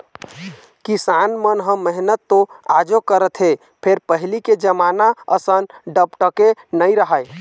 किसान मन ह मेहनत तो आजो करत हे फेर पहिली के जमाना असन डपटके नइ राहय